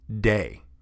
day